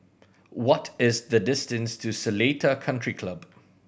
what is the distance to Seletar Country Club